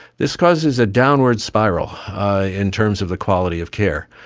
this causes a downward spiral in terms of the quality of care.